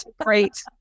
great